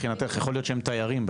מבחינתך, יכול להיות שהם בכלל תיירים.